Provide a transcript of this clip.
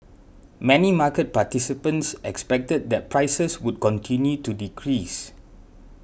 many market participants expected that prices would continue to decrease